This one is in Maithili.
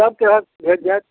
सब तरहक भेटि जाएत